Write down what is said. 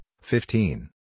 fifteen